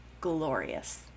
glorious